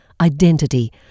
identity